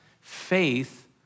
faith